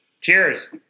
Cheers